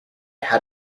had